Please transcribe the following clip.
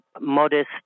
modest